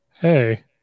Hey